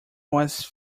was